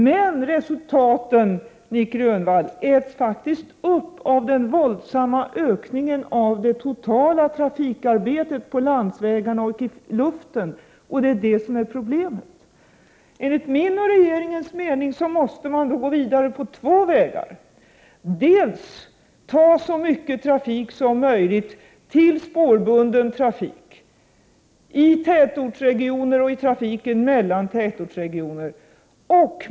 Men resultaten, Nic Grönvall, äts faktiskt upp av den våldsamma ökningen av det totala trafikarbetet på landsvägarna och i luften. Det är det som är problemet. Enligt min och regeringens mening måste man gå vidare på två sätt. Dels måste så mycket som möjligt vara spårbunden trafik. Det gäller tätortsregioner och trafiken mellan tätortsregioner.